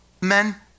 men